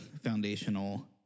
foundational